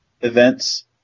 events